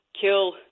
kill